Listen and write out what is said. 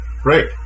great